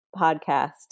podcast